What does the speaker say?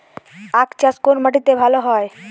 আখ চাষ কোন মাটিতে ভালো হয়?